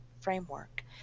framework